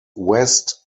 west